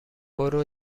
برو